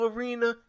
Arena